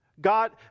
God